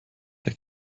der